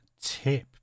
tip